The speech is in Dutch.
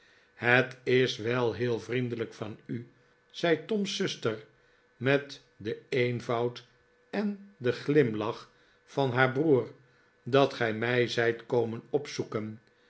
het is wel heel vriendelijk van u zei tom's zuster met den eenvoud en den glimlach van haar broer dat gij mij zijt komen opzoeken